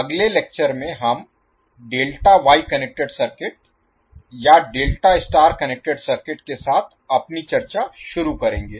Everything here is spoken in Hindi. अगले लेक्चर में हम डेल्टा वाई कनेक्टेड सर्किट या डेल्टा स्टार कनेक्टेड सर्किट के साथ अपनी चर्चा शुरू करेंगे